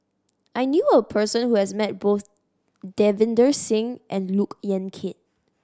I knew a person who has met both Davinder Singh and Look Yan Kit